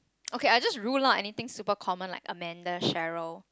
okay I just rule lah anything super common like Amanda Cheryl